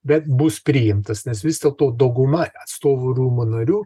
bet bus priimtas nes vis dėlto dauguma atstovų rūmų narių